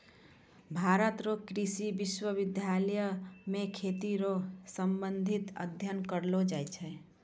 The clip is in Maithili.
भारत रो कृषि विश्वबिद्यालय मे खेती रो संबंधित अध्ययन करलो जाय छै